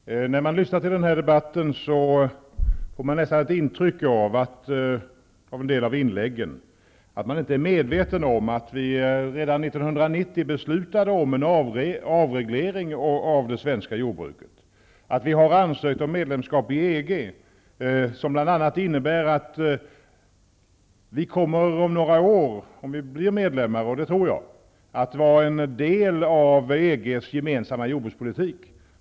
Fru talman! När jag lyssnade till en del av inläggen i den här debatten fick jag nästan ett intryck av att man inte är medveten om att vi redan 1990 beslutade om en avreglering av det svenska jordbruket och att vi har ansökt om medlemskap i EG. Om vi blir medlemmar -- och det tror jag att vi blir -- innebär det att vi redan om några år kommer att få del av EG:s gemensamma jordbrukspolitik.